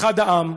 אחד העם,